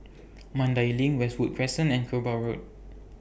Mandai LINK Westwood Crescent and Kerbau Road